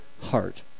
heart